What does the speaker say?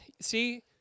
See